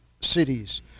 cities